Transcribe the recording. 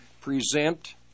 present